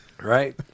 Right